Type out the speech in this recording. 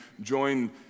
join